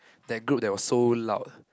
that group that was so loud